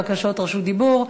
בקשות רשות דיבור,